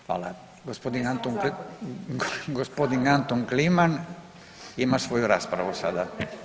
Hvala [[Upadica sa strane]] Gospodin Anton Kliman ima svoju raspravu sada.